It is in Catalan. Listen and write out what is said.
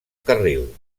carril